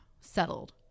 settled